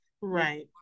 right